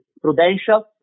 Prudential